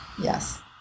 Yes